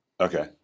Okay